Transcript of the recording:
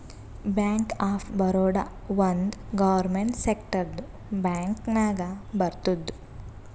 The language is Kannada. ಬ್ಯಾಂಕ್ ಆಫ್ ಬರೋಡಾ ಒಂದ್ ಗೌರ್ಮೆಂಟ್ ಸೆಕ್ಟರ್ದು ಬ್ಯಾಂಕ್ ನಾಗ್ ಬರ್ತುದ್